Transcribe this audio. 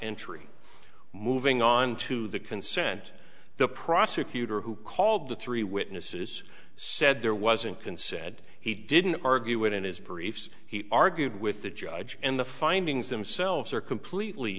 entry moving on to the consent the prosecutor who called the three witnesses said there wasn't can said he didn't argue it in his briefs he argued with the judge and the findings themselves are completely